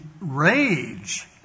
rage